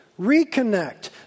reconnect